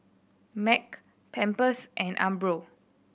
Mac Pampers and Umbro